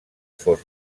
fos